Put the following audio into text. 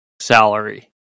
salary